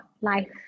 life